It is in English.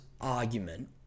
argument